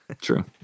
true